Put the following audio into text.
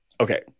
okay